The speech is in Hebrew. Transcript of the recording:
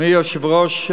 אדוני היושב-ראש,